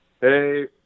hey